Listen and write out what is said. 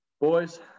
boys